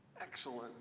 excellent